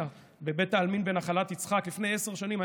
בבית העלמין בנחלת יצחק לפני עשר שנים,